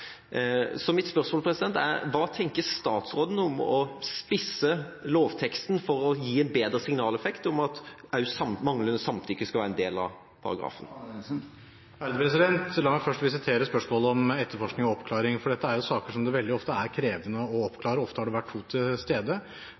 Så mitt spørsmål er: Hva tenker statsråden om å spisse lovteksten for å gi en bedre signaleffekt, at også manglende samtykke skal være en del av paragrafen? La meg først visitere spørsmålet om etterforskning og oppklaring, for dette er jo saker som veldig ofte er krevende å oppklare. Ofte har det vært bare to til stede,